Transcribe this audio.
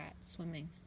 swimming